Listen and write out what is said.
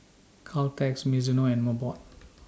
Caltex Mizuno and Mobot